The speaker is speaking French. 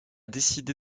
décidé